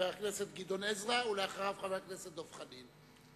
חבר הכנסת גדעון עזרא, ואחריו, חבר הכנסת דב חנין.